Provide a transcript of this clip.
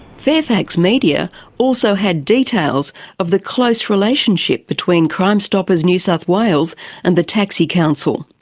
fairfax media also had details of the close relationship between crime stoppers new south wales and the taxi council.